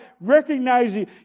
recognizing